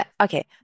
Okay